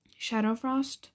Shadowfrost